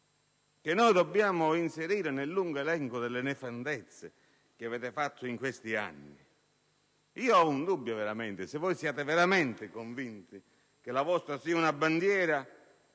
che dobbiamo inserire nel lungo elenco delle nefandezze fatte in questi anni. Ho un dubbio veramente se voi siete veramente convinti che la vostra sia una bandiera